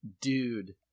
dude